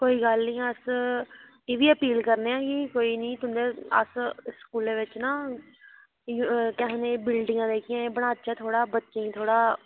कोई गल्ल नी अस् इब्भी अपील करने आं कि कोई नी तुंदे अस स्कूले बिच ना इयो केह् आखदे बिल्डगां इयां बनाचै थोह्ड़ा बच्चें गी थोह्ड़ा